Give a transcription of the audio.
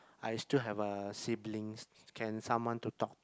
I still have uh siblings can someone to talk to